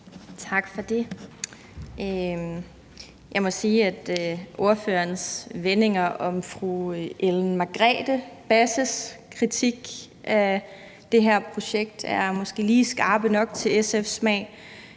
Tak for det. Jeg må sige, at ordførerens vendinger om fru Ellen Margrethe Basses kritik af det her projekt måske lige er skarpe nok for SF's smag.